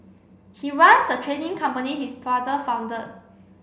he runs the trading company his father founded